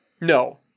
No